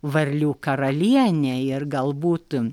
varlių karalienė ir galbūt